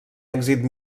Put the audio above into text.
èxit